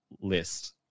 list